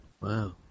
Wow